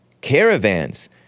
caravans